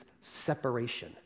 separation